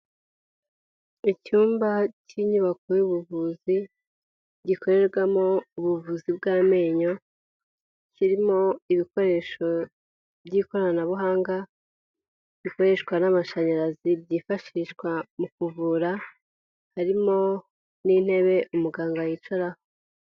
Icyumba cy'inyubako y'ubuvuzi gikorerwamo ubuvuzi bw'amenyo, kirimo ibikoresho by'ikoranabuhanga, bikoreshwa n'amashanyarazi byifashishwa mu kuvura, harimo n'intebe umuganga yicaraho.